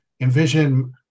envision